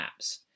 apps